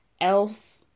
else